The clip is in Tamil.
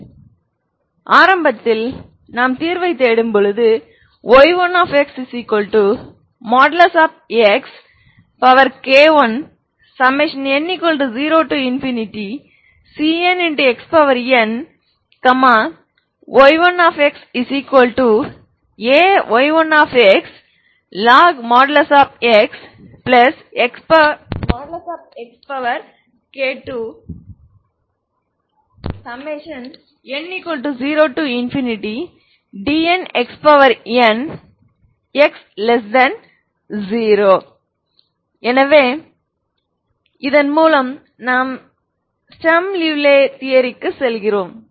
எனவே ஆரம்பத்தில் நீங்கள் தீர்வைத் தேடுகிறீர்கள் y1xxk1n0cnxn y1xAy1xlogxxk2 n0dnxn x0 எனவே இதன் மூலம் நாம் ஸ்டர்ம் லியூவில்லே தியரிக்கு செல்கிறோம்